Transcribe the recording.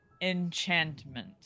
enchantment